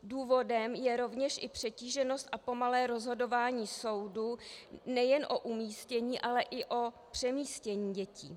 Důvodem je rovněž i přetíženost a pomalé rozhodování soudů nejen o umístění, ale i přemístění dětí.